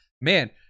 Man